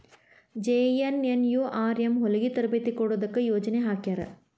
JNNURM ಹೊಲಗಿ ತರಬೇತಿ ಕೊಡೊದಕ್ಕ ಯೊಜನೆ ಹಾಕ್ಯಾರ